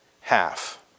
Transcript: half